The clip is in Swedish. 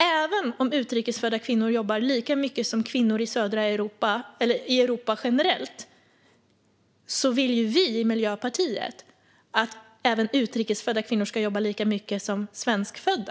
Även om utrikes födda kvinnor jobbar lika mycket som kvinnor i Europa generellt vill vi i Miljöpartiet att utrikes födda kvinnor ska jobba lika mycket som svenskfödda.